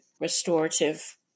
restorative